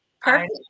Perfect